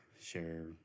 share